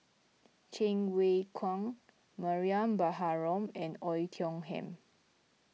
Cheng Wai Keung Mariam Baharom and Oei Tiong Ham